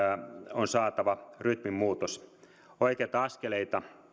on saatava rytminmuutos oikeita askeleita